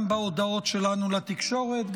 גם בהודעות שלנו לתקשורת,